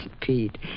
Pete